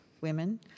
women